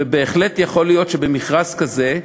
בהחלט יכול להיות שבמכרז כזה,